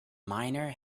miner